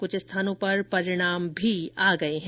कुछ स्थानों पर परिणाम भी आ गए है